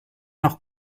noch